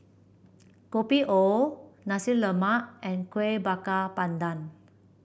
Kopi O Nasi Lemak and Kuih Bakar Pandan